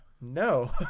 no